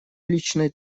уличной